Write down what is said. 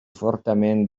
fortament